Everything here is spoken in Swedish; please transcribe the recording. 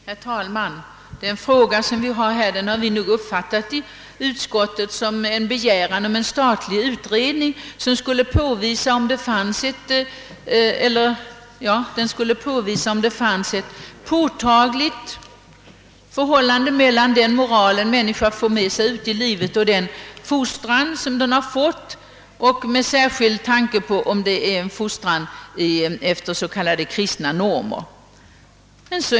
Herr talman! Den fråga som vi nu behandlar har nog av utskottsmajoriteten uppfattats som en begäran om en statlig utredning för att utröna om det finns ett påtagligt samband mellan den moral en människa för med sig ut i livet och den fostran hon fått — särskilt då en fostran enligt s.k. kristna normer.